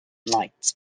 light